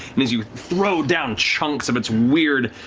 and as you throw down chunks of its weird,